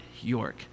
York